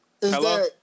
Hello